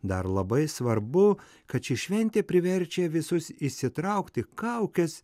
dar labai svarbu kad ši šventė priverčia visus įsitraukti kaukes